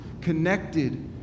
connected